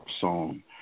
song